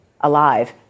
alive